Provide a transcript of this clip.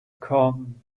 komm